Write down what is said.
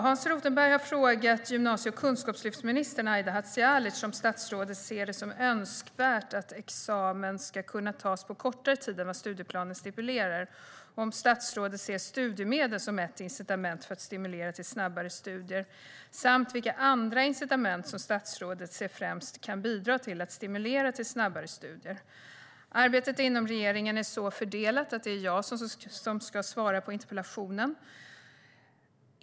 Hans Rothenberg har frågat gymnasie och kunskapslyftsminister Aida Hadzialic om statsrådet ser det som önskvärt att examen ska kunna tas på kortare tid än vad studieplanen stipulerar, om statsrådet ser studiemedlen som ett incitament för att stimulera till snabbare studier samt vilka andra incitament som statsrådet ser främst kan bidra till att stimulera till snabbare studier. Arbetet inom regeringen är så fördelat att det är jag som ska svara på interpellationen.